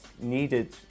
needed